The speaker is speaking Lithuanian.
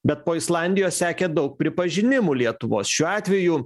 bet po islandijos sekė daug pripažinimų lietuvos šiuo atveju